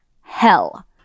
hell